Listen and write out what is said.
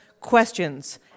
questions